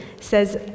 says